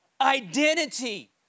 Identity